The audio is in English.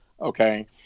Okay